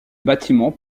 bâtiment